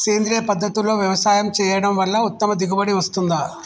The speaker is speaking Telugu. సేంద్రీయ పద్ధతుల్లో వ్యవసాయం చేయడం వల్ల ఉత్తమ దిగుబడి వస్తుందా?